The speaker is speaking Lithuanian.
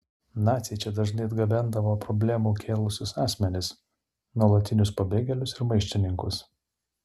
naciai čia dažnai atgabendavo problemų kėlusius asmenis nuolatinius pabėgėlius ir maištininkus